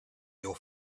your